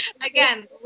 again